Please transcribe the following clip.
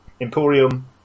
Emporium